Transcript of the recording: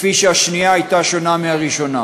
כפי שהשנייה הייתה שונה מהראשונה.